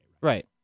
Right